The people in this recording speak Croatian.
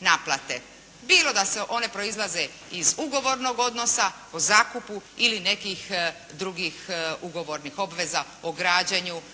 naplate, bilo da one proizlaze iz ugovornog odnosa po zakupu ili nekih drugih ugovornih obveza o građenju,